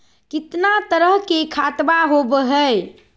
कितना तरह के खातवा होव हई?